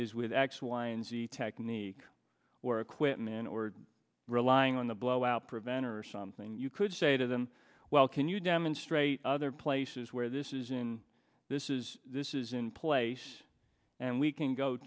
is with x y and z technique where equipment we're relying on the blowout preventer or something you could say to them well can you demonstrate other places where this isn't this is this is in place and we can go